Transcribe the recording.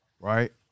right